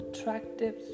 attractive